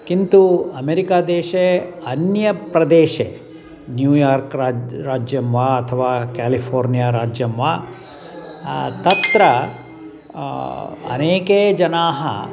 किन्तु अमेरिका देशे अन्यप्रदेशे न्यूयार्क् राज्यं राज्यं वा अथवा केलिफ़ोर्निया राज्यं वा तत्र अनेके जनाः